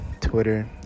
Twitter